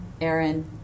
Aaron